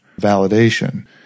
validation